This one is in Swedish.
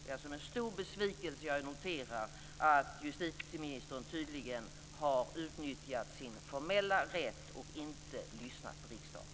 Det är med stor besvikelse jag noterar att justitieministern tydligen har utnyttjat sin formella rätt och inte lyssnat på riksdagen.